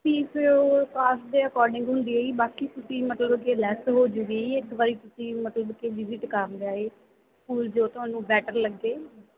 fees ਉਹ class ਦੇ according ਹੁੰਦੀ ਹੈ ਜੀ ਬਾਕੀ ਤੁਸੀਂ ਮਤਲਬ ਕਿ ਲੈਸ ਹੋ ਜੂਗੀ ਇੱਕ ਵਾਰੀ ਤੁਸੀਂ ਮਤਲਬ ਕਿ ਵਿਜਿਟ ਕਰ ਲਿਆਏ ਸਕੂਲ ਜੋ ਤੁਹਾਨੂੰ ਬੈਟਰ ਲੱਗੇ